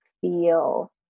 feel